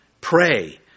pray